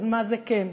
אז מה זה כן?